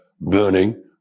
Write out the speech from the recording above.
burning